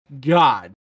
God